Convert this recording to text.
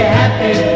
happy